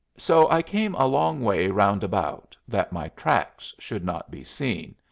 so i came a long way round-about, that my tracks should not be seen.